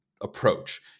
approach